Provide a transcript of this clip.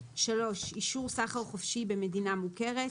(3)אישור סחר חופשי במדינה מוכרת,